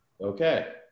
Okay